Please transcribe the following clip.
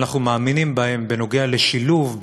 שאנחנו מאמינים בהן בכל הקשור לשילוב,